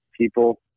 people